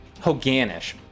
Hoganish